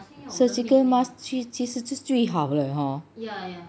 surgical mask 其实是最好了 hor